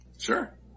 Sure